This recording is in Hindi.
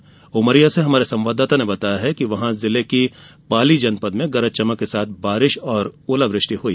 वहीं उमरिया से हमारे संवाददाता ने बताया है कि जिले की पाली जनपद में गरज चमक के साथ बारिश और ओलावृष्टि हुई